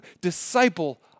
disciple